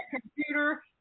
computer